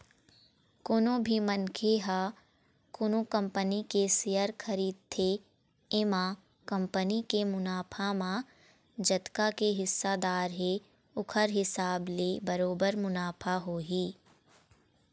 कोनो भी मनखे ह कोनो कंपनी के सेयर खरीदथे एमा कंपनी के मुनाफा म जतका के हिस्सादार हे ओखर हिसाब ले बरोबर मुनाफा होही